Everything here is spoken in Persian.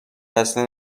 اصلا